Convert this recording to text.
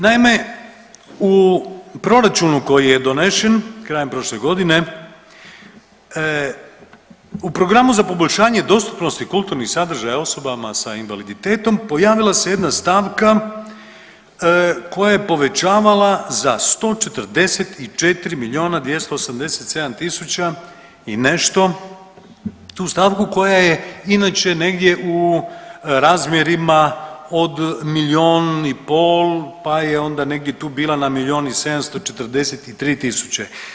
Naime, u proračunu koji je donesen krajem prošle godine u Programu za poboljšanje dostupnosti kulturnih sadržaja osobama sa invaliditetom pojavila se jedna stavka koja je povećavala za 144 milijuna 287 tisuća i nešto tu stavku koja je inače negdje u razmjerima od milijun i pol, pa je onda negdje tu bila na milijun i 743 tisuće.